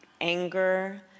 anger